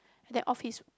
that office